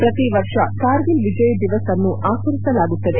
ಪ್ರತಿ ವರ್ಷ ಕಾರ್ಗಿಲ್ ವಿಜಯ್ ದಿವಸ್ ಅನ್ನು ಆಚರಿಸಲಾಗುತ್ತದೆ